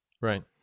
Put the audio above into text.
Right